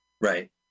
Right